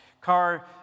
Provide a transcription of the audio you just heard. car